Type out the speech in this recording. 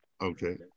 Okay